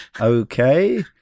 okay